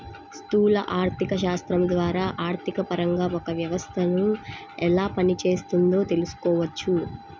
స్థూల ఆర్థికశాస్త్రం ద్వారా ఆర్థికపరంగా ఒక వ్యవస్థను ఎలా పనిచేస్తోందో తెలుసుకోవచ్చు